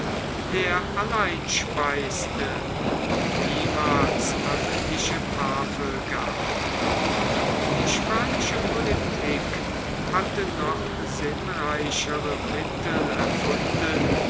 der allein speiste und niemals öffentliche tafel gab die spanische politik hatte noch sinnreichere mittel erfunden